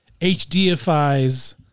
HDFIs